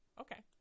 Okay